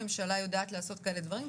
הממשלה יודעת לעשות כאלה דברים.